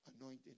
anointed